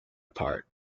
apart